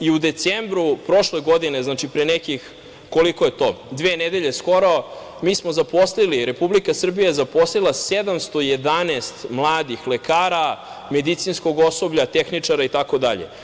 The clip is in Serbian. U decembru prošle godine, znači pre nekih, koliko je to, dve nedelje skoro, mi smo zaposlili, Republika Srbija je zaposlila 711 mladih lekara, medicinskog osoblja, tehničara itd.